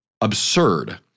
Absurd